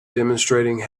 demonstrating